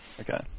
okay